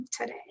today